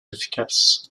efficace